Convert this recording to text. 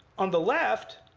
on the left,